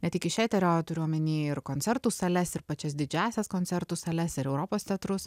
ne tik iš eterio turiu omeny ir koncertų sales ir pačias didžiąsias koncertų sales ar europos teatrus